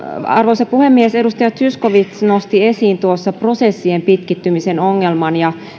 arvoisa puhemies edustaja zyskowicz nosti esiin prosessien pitkittymisen ongelman ja